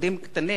חסדים קטנים,